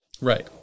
right